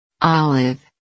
Olive